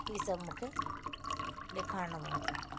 ही सभु मूंखे ॾेखारिणो पवंदो